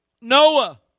Noah